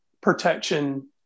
protection